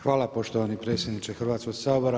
Hvala poštovani predsjedniče Hrvatskog sabora.